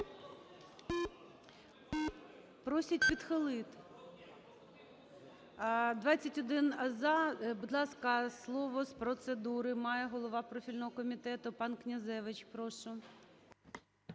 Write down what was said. Просять відхилити. 16:13:32 За-21 Будь ласка, слово з процедури має голова профільного комітету пан Князевич. Прошу.